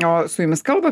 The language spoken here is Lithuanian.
o su jumis kalba